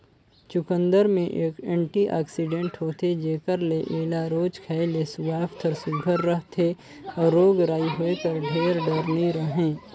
चुकंदर में एंटीआक्सीडेंट होथे जेकर ले एला रोज खाए ले सुवास्थ हर सुग्घर रहथे अउ रोग राई होए कर ढेर डर नी रहें